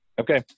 Okay